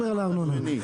הארנונה.